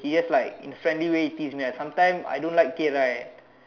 he just like in a friendly way tease me ah sometimes I don't like it right